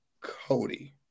Cody